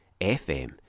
FM